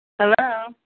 Hello